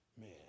man